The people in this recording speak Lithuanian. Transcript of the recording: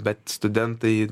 bet studentai